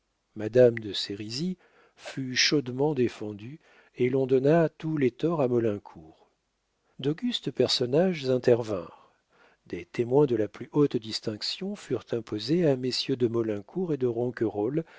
madame de sérizy fut chaudement défendue et l'on donna tous les torts à maulincour d'augustes personnages intervinrent des témoins de la plus haute distinction furent imposés à messieurs de maulincour et de